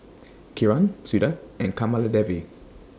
Kiran Suda and Kamaladevi